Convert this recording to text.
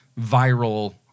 viral